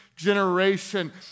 Generation